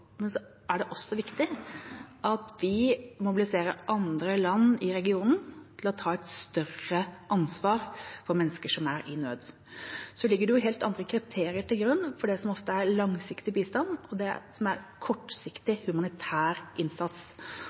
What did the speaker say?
men det er også viktig at vi mobiliserer andre land i regionen til å ta et større ansvar for mennesker som er i nød. Så ligger det jo helt andre kriterier til grunn for det som ofte er langsiktig bistand enn for det som er kortsiktig humanitær innsats.